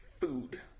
food